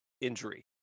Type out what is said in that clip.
injury